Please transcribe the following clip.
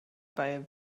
bei